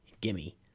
Gimme